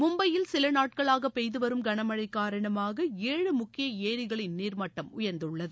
மும்பையில் சில நாட்களாக பெய்து வரும் கனமழை காரணமாக ஏழு முக்கிய ஏரிகளின் நீர் மட்டம் உயர்ந்துள்ளது